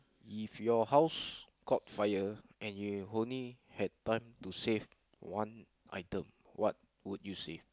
if your house caught fire and you only had time to save one item what would you save